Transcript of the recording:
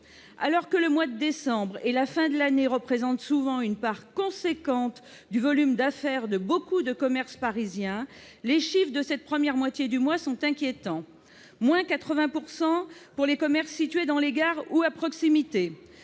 Alors que le mois de décembre et la fin d'année représentent souvent une part importante du volume d'affaires de beaucoup de commerces parisiens, les chiffres de cette première moitié du mois sont inquiétants : baisse de 80 % pour les commerces situés dans les gares ou à proximité,